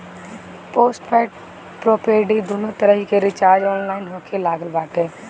postpaid prepaid इ दूनो तरही के रिचार्ज ऑनलाइन होखे लागल बाटे